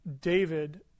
David